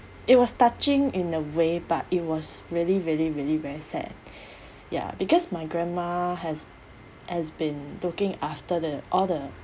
it was touching in a way but it was really really really very sad ya because my grandma has has been looking after the all the